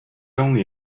only